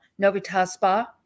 Novitaspa